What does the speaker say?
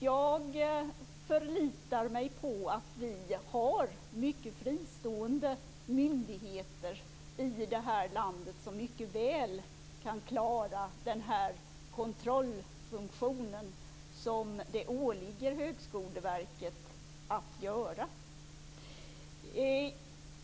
Jag förlitar mig på att vi har mycket fristående myndigheter i detta land som mycket väl kan klara den kontroll som det åligger Högskoleverket att göra.